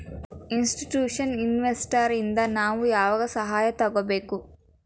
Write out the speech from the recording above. Institutional investors ಇಂದಾ ನಾವು ಯಾವಾಗ್ ಸಹಾಯಾ ತಗೊಬೇಕು?